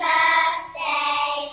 Birthday